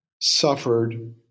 suffered